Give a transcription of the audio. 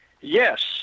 yes